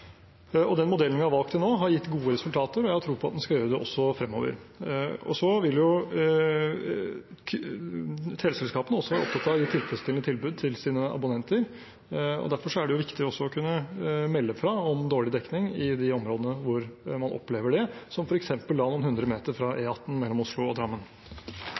landet. Den modellen vi har valgt til nå, har gitt gode resultater, og jeg har tro på at den skal gjøre det også fremover. Teleselskapene er også opptatt av å gi tilfredsstillende tilbud til sine abonnenter. Derfor er det viktig å kunne melde fra om dårlig dekning i de områdene hvor man opplever det, som f.eks. noen hundre meter fra E18 mellom Oslo og Drammen.